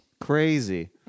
Crazy